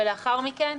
ולאחר מכן,